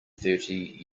thirty